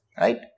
Right